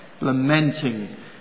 lamenting